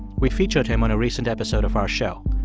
we featured him on a recent episode of our show.